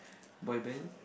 boy band